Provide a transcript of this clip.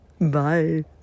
Bye